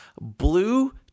Blue